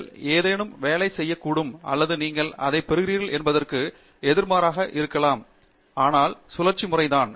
நீங்கள் ஏதேனும் வேலை செய்யக்கூடும் அல்லது நீங்கள் எதைப் பெறுகிறீர்கள் என்பதற்கு எதிர்மாறாக இருக்கலாம் அந்த விஷயங்கள் அதனால் சுழற்சி செயல்முறை தான்